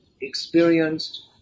experienced